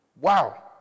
wow